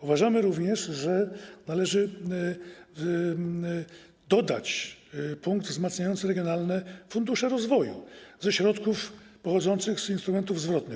Uważamy również, że należy dodać punkt wzmacniający regionalne fundusze rozwoju ze środków pochodzących z instrumentów zwrotnych.